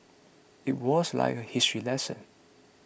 it was like a history lesson